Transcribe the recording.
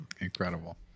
Incredible